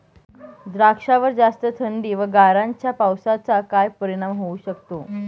द्राक्षावर जास्त थंडी व गारांच्या पावसाचा काय परिणाम होऊ शकतो?